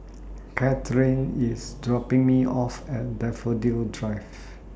Katherine IS dropping Me off At Daffodil Drive